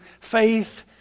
faith